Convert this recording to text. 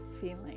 feeling